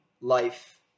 life